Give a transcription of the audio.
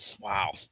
Wow